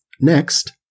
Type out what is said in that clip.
Next